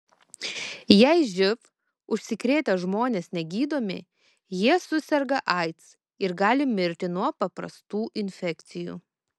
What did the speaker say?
jei živ užsikrėtę žmonės negydomi jie suserga aids ir gali mirti nuo paprastų infekcijų